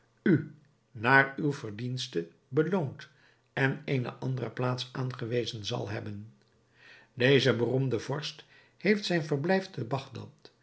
u naar uwe verdiensten beloond en eene andere plaats aangewezen zal hebben deze beroemde vorst heeft zijn verblijf te bagdad